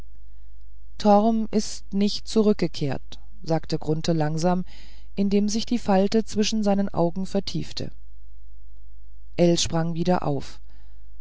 ist nicht zurückgekehrt sagte grunthe langsam indem sich die falte zwischen seinen augen vertiefte ell sprang wieder auf